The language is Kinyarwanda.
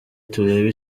turebe